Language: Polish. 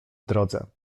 drodze